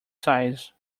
size